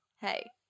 Hey